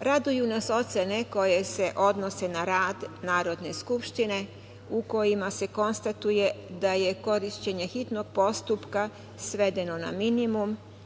Raduju nas ocene koje se odnose na rad Narodne skupštine, u kojima se konstatuje da je korišćenje hitnog postupka svedeno na minimum,